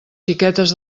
xiquetes